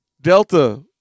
Delta